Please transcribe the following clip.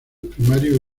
primarios